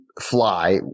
fly